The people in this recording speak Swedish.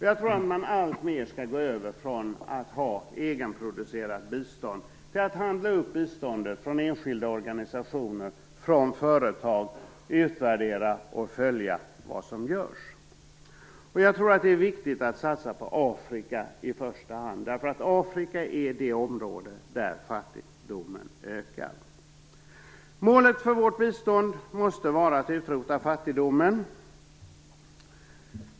Jag tror att man allmer skall gå över från att ha egenproducerat bistånd till att handla upp biståndet från enskilda organisationer och företag och utvärdera och följa vad som görs. Det är viktigt att i första hand satsa på Afrika. Afrika är det område där fattigdomen ökar. Målet för vårt bistånd måste var att utrota fattigdomen.